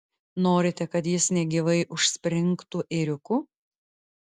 norite kad jis negyvai užspringtų ėriuku